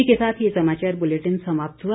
इसी के साथ ये समाचार बुलेटिन समाप्त हुआ